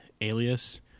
Alias